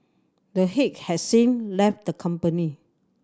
the head has since left the company